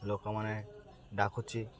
ଲୋକମାନେ ଡାକୁଛି